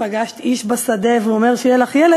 פגשת איש בשדה והוא אומר שיהיה לך ילד?